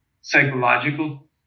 psychological